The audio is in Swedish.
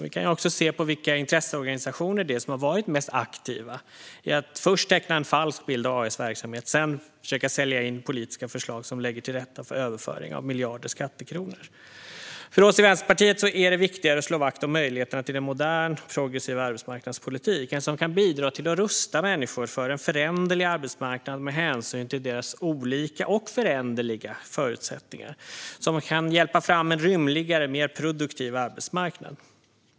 Vi kan se på vilka intresseorganisationer det är som har varit mest aktiva i att först teckna en falsk bild av AF:s verksamhet och sedan försöka sälja in politiska förslag som lägger till rätta för överföring av miljarder skattekronor. För oss i Vänsterpartiet är det viktigare att slå vakt om möjligheterna till en modern, progressiv arbetsmarknadspolitik som kan bidra till att rusta människor för en föränderlig arbetsmarknad med hänsyn till deras olika och föränderliga förutsättningar och som kan hjälpa fram en rymligare, mer produktiv arbetsmarknad.